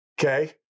Okay